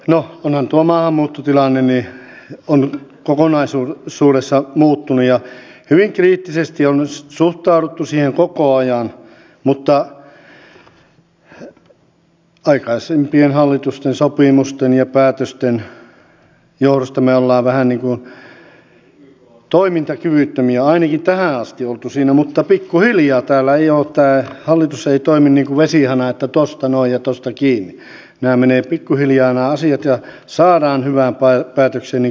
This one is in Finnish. no onhan tuo maahanmuuttotilanne kokonaisuudessaan muuttunut ja hyvin kriittisesti on suhtauduttu siihen koko ajan mutta aikaisempien hallitusten sopimusten ja päätösten johdosta me olemme vähän niin kuin toimintakyvyttömiä ainakin tähän asti oltu siinä mutta pikkuhiljaa tämä hallitus ei toimi niin kuin vesihana että tosta noin ja tosta kiinni nämä menevät pikkuhiljaa nämä asiat ja saadaan hyvään päätökseen